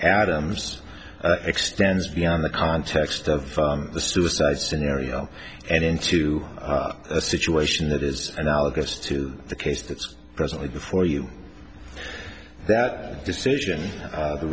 adams extends beyond the context of the suicide scenario and into a situation that is analogous to the case that presently before you that decision